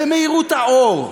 במהירות האור.